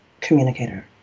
communicator